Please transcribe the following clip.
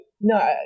no